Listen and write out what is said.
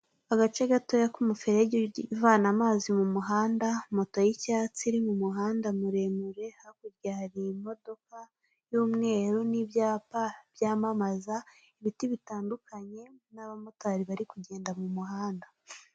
Agace gatoya k'umuferege uvana amazi mu muhanda, moto y'icyatsi iri mu muhanda muremure, hakurya hari imodoka y'umweru n'ibyapa byamamaza, ibiti bitandukanye n'abamotari bari kugenda mu muhanda.